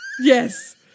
Yes